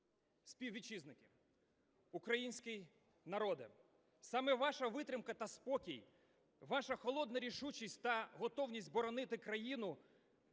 Співвітчизники, український народе, саме ваша витримка та спокій, ваша холодна рішучість та готовність боронити країну